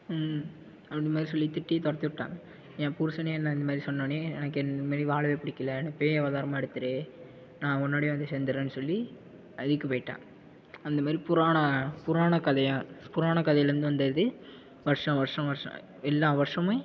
அப்படினு மாதிரி சொல்லி திட்டி துரத்திவுட்டா என் புருஷனே என்ன இது மாதிரி சொன்னவுடனே எனக்கு இந்தமாதிரி வாழவே பிடிக்கல என்ன பேய் அவதாரமா எடுத்திரு நான் ஒன்னோடயே வந்து சேர்துடுறன்னு சொல்லி நதிக்கு போய்ட்டா அந்த மாதிரி புராண புராண கதையை புராண கதையில் இருந்து வந்த இது வருஷம் வருஷம் வருஷம் எல்லா வருஷமே